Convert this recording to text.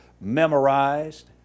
memorized